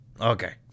Okay